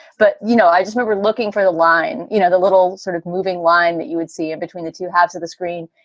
but, you know, i just know we're looking for the line, you know, the little sort of moving line that you would see in between the two halves of the screen.